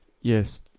Yes